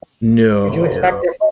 no